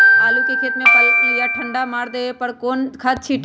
आलू के खेत में पल्ला या ठंडा मार देवे पर कौन खाद छींटी?